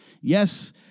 Yes